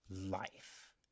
life